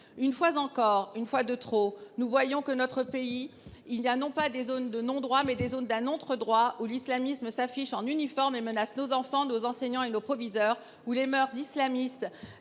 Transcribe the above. Une fois encore, une fois de trop, nous voyons dans notre pays, non pas des « zones de non droit », mais des « zones d’un autre droit » dans lesquelles l’islamisme s’affiche en uniforme et menace nos enfants, nos enseignants et nos proviseurs, où les mœurs islamistes